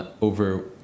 over